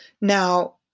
Now